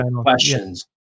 questions